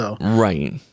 Right